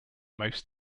most